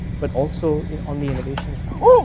but also on the innovation side.